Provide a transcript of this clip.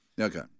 Okay